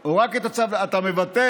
או רק את הצו, אתה מבטל